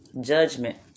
Judgment